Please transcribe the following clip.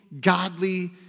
godly